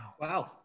Wow